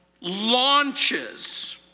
launches